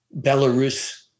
Belarus